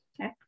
Okay